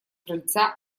крыльца